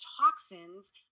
toxins